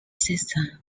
system